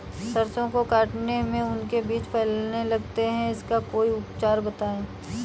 सरसो को काटने में उनके बीज फैलने लगते हैं इसका कोई उपचार बताएं?